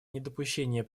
недопущения